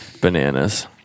bananas